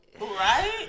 Right